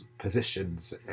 positions